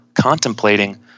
contemplating